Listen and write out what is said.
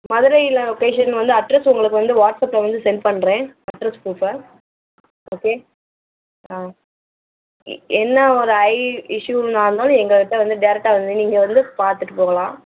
மதுரையில பேஷண்ட் வந்து அட்ரெஸ் உங்களுக்கு வந்து வாட்ஸ்அப்பில் வந்து சென்ட் பண்ணுறேன் அட்ரெஸ் ப்ரூஃபை ஓகே ஆ எ என்ன ஒரு ஐ இஷ்யூன்னாலும் எங்கள்கிட்ட வந்து டேரக்டாக வந்து நீங்கள் வந்து பார்த்துட்டு போகலாம்